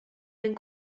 mewn